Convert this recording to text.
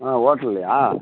ஆ ஹோட்டல்லையா